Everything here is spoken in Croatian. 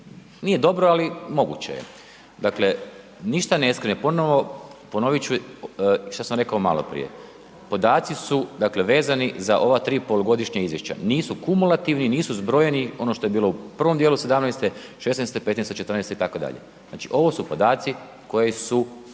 nije dobro, ali moguće je. Dakle, ništa ne skrivam, ponovo ponovit ću što sam rekao maloprije, podaci su, dakle, vezani za ova 3 polugodišnja izvješća, nisu kumulativni, nisu zbrojeni, ono što je bilo u prvom dijelu 2017., 2016,. 2015., 2014. itd., znači, ovo su podaci koji su